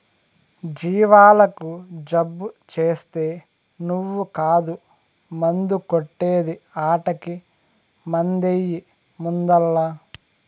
జీవాలకు జబ్బు చేస్తే నువ్వు కాదు మందు కొట్టే ది ఆటకి మందెయ్యి ముందల్ల